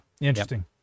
Interesting